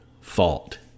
fault